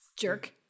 jerk